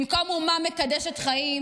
במקום אומה מקדשת חיים